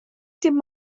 dim